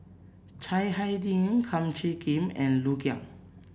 Chiang Hai Ding Kum Chee Kin and Liu Kang